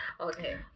okay